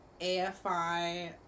AFI